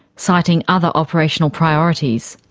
citing other operational priorities.